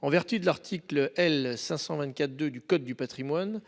En vertu de l'article L. 524-2 du code du patrimoine,